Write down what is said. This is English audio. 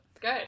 good